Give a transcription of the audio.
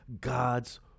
God's